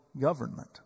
government